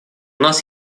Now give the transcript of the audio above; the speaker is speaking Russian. нас